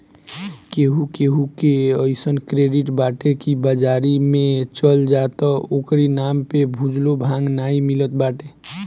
केहू केहू के अइसन क्रेडिट बाटे की बाजारी में चल जा त ओकरी नाम पे भुजलो भांग नाइ मिलत बाटे